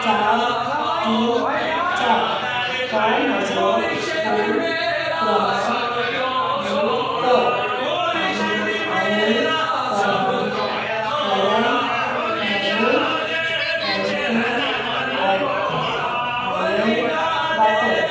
चार तीन चार हो म्हजो फोन क्रमांक नोंद कर आम आनी प्रमाणीकरण म्हुणून M P I I N वापर